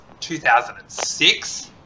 2006